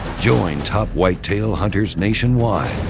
join top whitetail hunters nationwide.